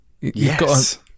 yes